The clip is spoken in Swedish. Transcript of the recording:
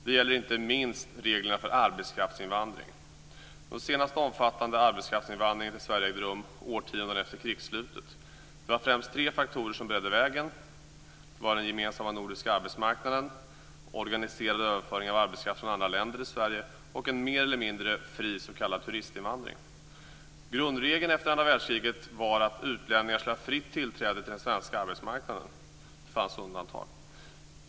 Det gäller inte minst reglerna för arbetskraftsinvandring. Den senaste omfattande arbetskraftsinvandringen till Sverige ägde rum årtiondena efter krigsslutet. Det var främst tre faktorer som beredde vägen, nämligen den gemensamma nordiska arbetsmarknaden, organiserad överföring av arbetskraft från andra länder till Sverige och en mer eller mindre fri s.k. turistinvandring. Grundregeln efter andra världskriget var att utlänningar skulle ha fritt tillträde till den svenska arbetsmarknaden. Det fanns undantag.